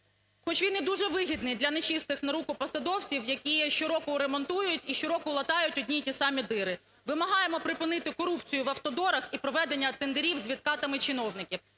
хоч він і дуже вигідний для не чистих на руку посадовців, які щороку ремонтують і щороку латають одні й ті ж самі дири. Вимагаємо припинити корупцію в автодорах і проведення тендерів з відкатами чиновників.